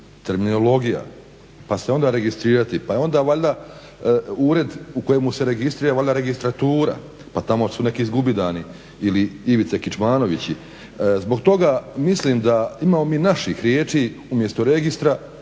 terminologija pa se onda registrirati pa je onda valjda ured u kojemu se registrira registratura. Pa tamo su neki zgubidani ili Ivice Kičamanovići. Zbog toga mislim da mi imamo mi naših riječi umjesto registra,